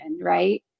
right